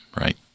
right